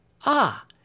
Ah